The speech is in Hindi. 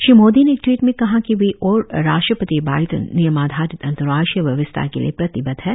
श्री मोदी ने एक ट्वीट में कहा कि वे और राष्ट्रपति बाइडेन नियम आधारित अंतरराष्ट्रीय व्यवस्था के लिए प्रतिबद्ध हैं